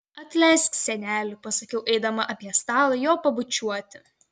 atleisk seneli pasakiau eidama apie stalą jo pabučiuoti